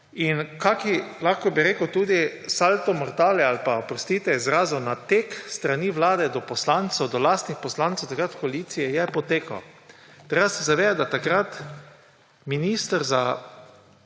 In lahko bi rekel – tudi salto mortale ali pa, oprostite izrazu, nateg s strani vlade do poslancev, do lastnih poslancev takrat v koaliciji je potekal. Treba se je zavedati, da je takrat minister za